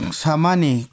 samani